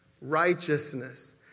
righteousness